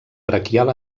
braquial